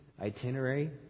itinerary